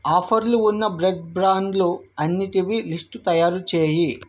ఆఫర్లు ఉన్న బ్రెడ్ బ్రాండ్లు అన్నిటివి లిస్టు తయారు చేయి